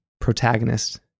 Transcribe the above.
protagonist